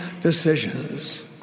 decisions